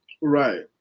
Right